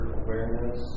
awareness